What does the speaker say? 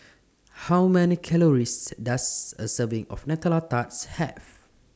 How Many Calories Does A Serving of Nutella Tart Have